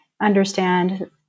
understand